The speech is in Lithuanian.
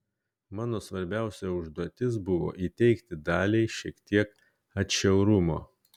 mano svarbiausia užduotis buvo įteigti daliai šiek tiek atšiaurumo